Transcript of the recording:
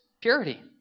Purity